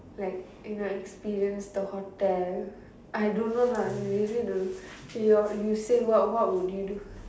like you know experience the hotel I don't know lah I really don't know your you say what what would you do